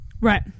Right